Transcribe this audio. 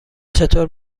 چطور